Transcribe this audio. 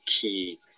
key